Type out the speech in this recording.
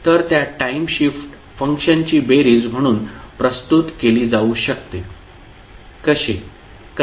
तर त्या time shift फंक्शनची बेरीज म्हणून प्रस्तुत केली जाऊ शकते कसे